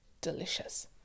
Delicious